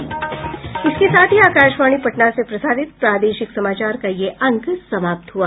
इसके साथ ही आकाशवाणी पटना से प्रसारित प्रादेशिक समाचार का ये अंक समाप्त हुआ